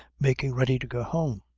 making ready to go home.